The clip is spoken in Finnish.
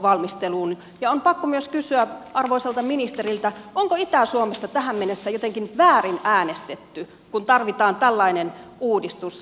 on pakko myös kysyä arvoisalta ministeriltä onko itä suomessa tähän mennessä jotenkin väärin äänestetty kun tarvitaan tällainen uudistus